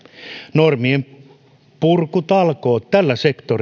normienpurkutalkoot tällä sektorilla